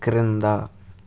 క్రింద